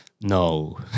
No